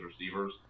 receivers